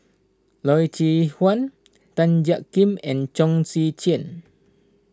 Loy Chye Chuan Tan Jiak Kim and Chong Tze Chien